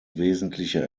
wesentlicher